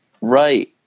right